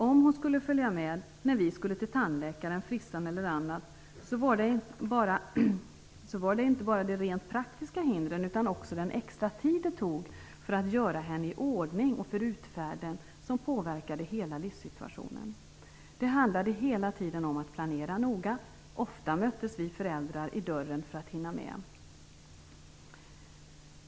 Om hon skulle följa med när vi skulle till tandläkaren, frissan eller annat var det inte bara de rent praktiska hindren utan också den extra tid det tog för att göra henne i ordning för utfärden som påverkade hela livssituationen. Det handlade hela tiden om att planera noga. Ofta möttes vi föräldrar i dörren för att hinna med.